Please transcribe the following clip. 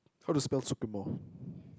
how to spell Sucremo